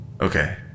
Okay